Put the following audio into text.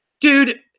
Dude